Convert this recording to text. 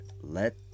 Let